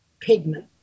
pigment